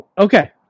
Okay